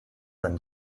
than